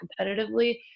competitively